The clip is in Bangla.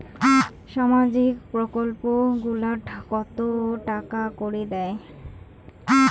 সামাজিক প্রকল্প গুলাট কত টাকা করি দেয়?